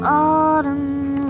autumn